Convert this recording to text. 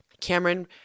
Cameron